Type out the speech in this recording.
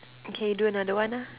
okay do another one lah